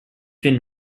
been